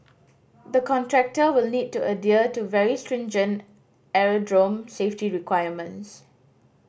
the contractor will need to adhere to very stringent aerodrome safety requirements